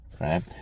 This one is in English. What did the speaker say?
right